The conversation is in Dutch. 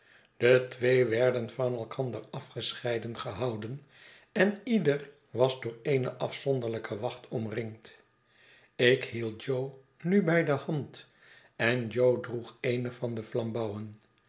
de twee werden van elkander afgescheiden gehouden en ieder was door eene afzonderlijke wacht omringd ik hield jo nu bij de hand en jo droeg eene van de